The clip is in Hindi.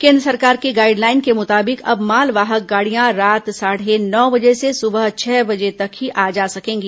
केन्द्र सरकार के गाइड लाइन के मुताबिक अब मालवाहक गाड़ियां रात साढ़े नौ बजे से सुबह छह बजे तक ही आ जा सकेंगी